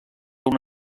una